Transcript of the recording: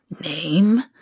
name